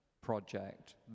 project